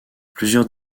plusieurs